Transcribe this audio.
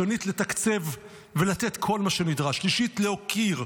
שנית, לתקצב ולתת כל מה שנדרש, שלישית, להוקיר,